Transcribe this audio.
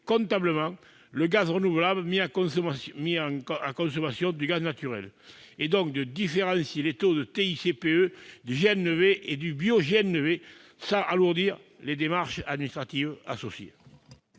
comptablement le gaz renouvelable mis à consommation du gaz naturel, et donc de différencier les taux de TICPE du GNV et du bioGNV sans alourdir les démarches administratives associées.